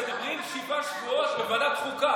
בלי הקדמות ובלי תנאים מוקדמים.